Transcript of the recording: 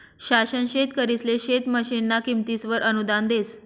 शासन शेतकरिसले शेत मशीनना किमतीसवर अनुदान देस